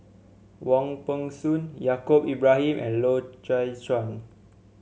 Wong Peng Soon Yaacob Ibrahim and Loy Chye Chuan